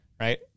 right